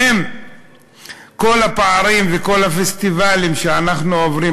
האם בכל הפערים ובכל הפסטיבלים שאנחנו עוברים,